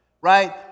Right